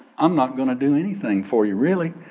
i'm not gonna do anything for you, really.